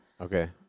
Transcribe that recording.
Okay